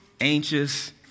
anxious